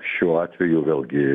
šiuo atveju vėlgi